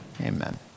Amen